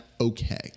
okay